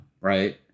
right